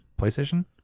PlayStation